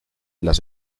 las